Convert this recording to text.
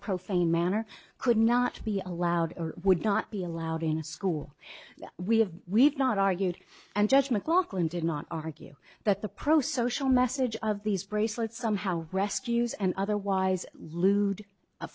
profane manner could not be allowed or would not be allowed in a school we have we've not argued and judge mclaughlin did not argue that the pro social message of these bracelets somehow rescues and otherwise lewd a